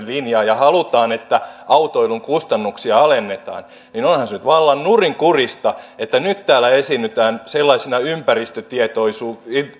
linjaa ja halutaan että autoilun kustannuksia alennetaan niin onhan se vallan nurinkurista että nyt täällä esiinnytään sellaisena ympäristötietoisuuden